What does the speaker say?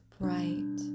bright